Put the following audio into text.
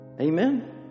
Amen